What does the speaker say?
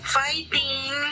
fighting